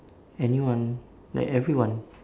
anyone like everyone